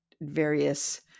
various